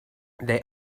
they